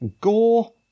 Gore